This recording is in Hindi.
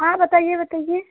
हाँ बताइए बताइए